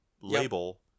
label